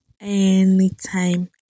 anytime